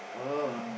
oh